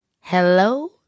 Hello